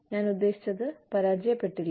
ഞാൻ ഉദ്ദേശിച്ചത് പരാജയപ്പെട്ടില്ല